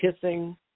kissing